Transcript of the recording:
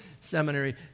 Seminary